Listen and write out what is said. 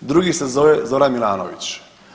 drugi se zove Zoran Milanović.